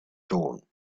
dawn